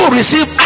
receive